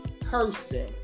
person